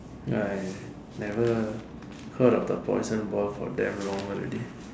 I never heard of the poison ball for damn long already